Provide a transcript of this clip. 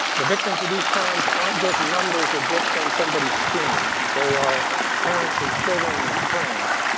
the victims of these crimes aren't just numbers or blips on comebody's screen. they are parents and children and friends.